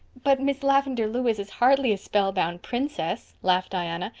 but miss lavendar lewis is hardly a spellbound princess, laughed diana.